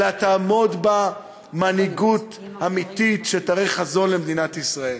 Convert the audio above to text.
אלא תעמוד בה מנהיגות אמיתית שתראה חזון למדינת ישראל.